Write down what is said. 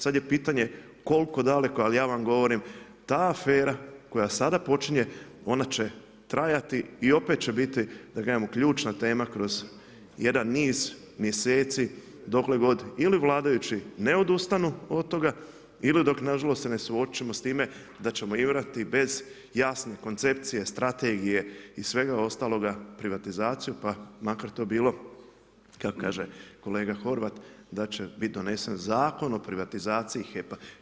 Sad je pitanje, koliko daleko, ali ja vam govorim, ta afera, koja sada počinje, ona će trajati i opet će biti da kažemo, ključna tema kroz jedan niz mjeseci dokle god, ili vladajući ne odustanu od toga, ili dok se ne suočimo s time, da ćemo … bez jasne koncepcije, strategije i svega ostaloga privatizaciju, pa makar to bilo, kako kaže kolega Horvat, da će biti donesen Zakon o privatizaciji HEP-a.